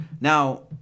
now